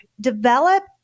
develop